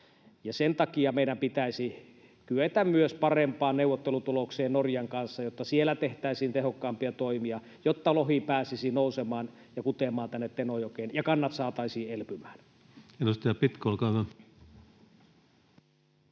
Sen takia meidän pitäisi kyetä myös parempaan neuvottelutulokseen Norjan kanssa, jotta siellä tehtäisiin tehokkaampia toimia, jotta lohi pääsisi nousemaan ja kutemaan Tenojokeen ja kannat saataisiin elpymään. [Speech 300] Speaker: